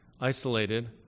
isolated